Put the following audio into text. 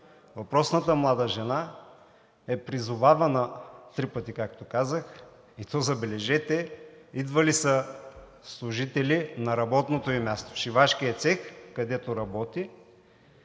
въпросната млада жена е призовавана три пъти, както казах, и то, забележете, идва ли са служители на работното ѝ място в шивашкия цех, където работи,